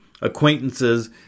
acquaintances